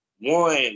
one